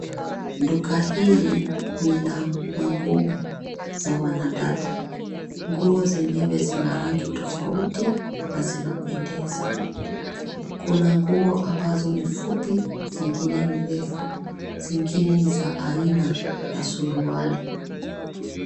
Duka hili ni la manguo za wanadada. Nguo zenyewe zina rangi tofauti na zinapendeza. Kuna nguo ambazo ni fupi, zingine ni refu, zingine ni za aina la suruali.